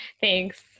thanks